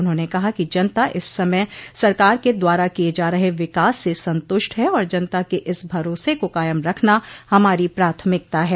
उन्होंने कहा कि जनता इस समय सरकार के द्वारा किये जा रहे विकास से संतूष्ट है और जनता के इस भरोसे को कायम रखना हमारी प्राथमिकता है